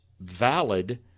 valid